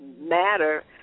matter